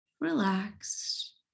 relaxed